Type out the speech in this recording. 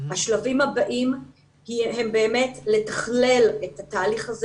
השלבים הבאים הם באמת לתכלל את התהליך הזה